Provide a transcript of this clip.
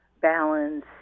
balance